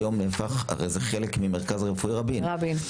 זה חלק ממרכז רפואי רבין,